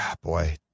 boy